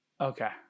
Okay